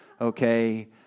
Okay